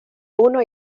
uno